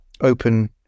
open